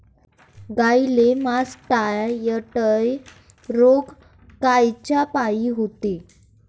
गाईले मासटायटय रोग कायच्यापाई होते?